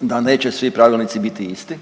da neće svi pravilnici biti isti.